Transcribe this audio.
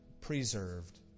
preserved